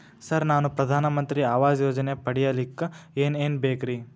Sir ನಾನು ಪ್ರಧಾನ ಮಂತ್ರಿ ಆವಾಸ್ ಯೋಜನೆ ಪಡಿಯಲ್ಲಿಕ್ಕ್ ಏನ್ ಏನ್ ಬೇಕ್ರಿ?